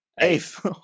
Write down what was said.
Eighth